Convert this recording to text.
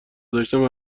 داشتم